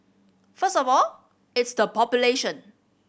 first of all it's the population